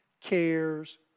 cares